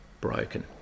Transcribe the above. broken